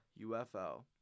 UFO